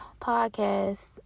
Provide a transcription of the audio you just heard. podcast